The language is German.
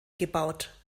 gebaut